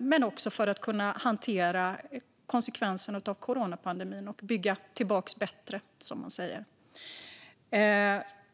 men också för att kunna hantera konsekvenserna av coronapandemin och bygga tillbaka bättre, som man säger.